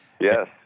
Yes